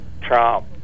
Trump